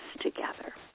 together